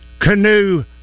canoe